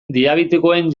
diabetikoen